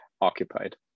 occupied